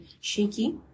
shaky